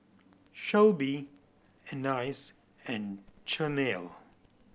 Shelby Anais and Chanelle